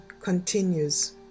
continues